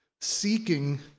seeking